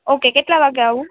okay કેટલા વાગ્યે આવું